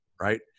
right